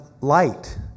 light